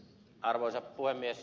arvoisa puhemies